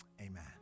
Amen